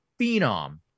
phenom